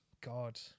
god